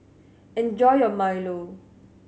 enjoy your milo